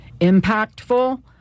impactful